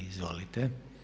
Izvolite.